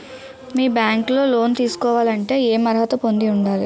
మీ bank లో loan తీసుకోవాలంటే ఎం అర్హత పొంది ఉండాలి?